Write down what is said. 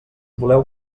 voleu